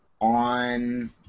on